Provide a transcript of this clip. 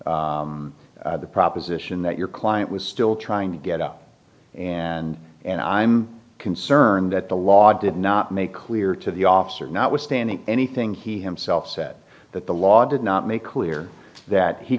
the proposition that your client was still trying to get up and and i'm concerned that the law did not make clear to the officer notwithstanding anything he himself said that the law did not make clear that he